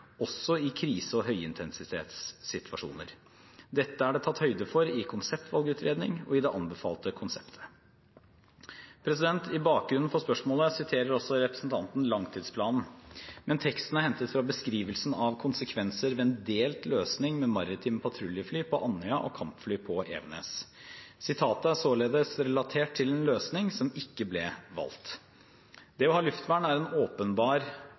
også i krise- og høyintensitetssituasjoner. Dette er det tatt høyde for i konseptvalgutredningen og i det anbefalte konseptet. I bakgrunnen for spørsmålet siterer også representanten langtidsplanen, men teksten er hentet fra beskrivelsen av konsekvenser ved en delt løsning med maritime patruljefly på Andøya og kampfly på Evenes. Sitatet er således relatert til en løsning som ikke ble valgt. Det å ha luftvern er åpenbart en